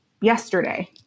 yesterday